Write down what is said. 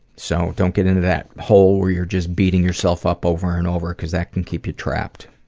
so don't get into that hole where you're just beating yourself up over and over, cause that can keep you trapped.